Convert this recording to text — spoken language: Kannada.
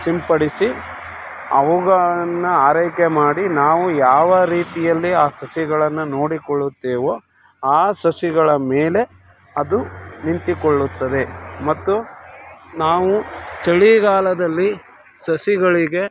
ಸಿಂಪಡಿಸಿ ಅವುಗಳನ್ನು ಆರೈಕೆ ಮಾಡಿ ನಾವು ಯಾವ ರೀತಿಯಲ್ಲಿ ಆ ಸಸಿಗಳನ್ನು ನೋಡಿಕೊಳ್ಳುತ್ತೇವೋ ಆ ಸಸಿಗಳ ಮೇಲೆ ಅದು ನಿಂತುಕೊಳ್ಳುತ್ತದೆ ಮತ್ತು ನಾವು ಚಳಿಗಾಲದಲ್ಲಿ ಸಸಿಗಳಿಗೆ